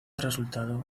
resultado